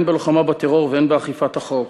הן בלוחמה בטרור והן באכיפת החוק.